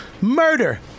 Murder